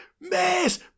Miss